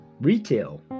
retail